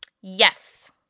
Yes